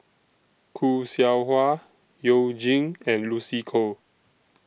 Khoo Seow Hwa YOU Jin and Lucy Koh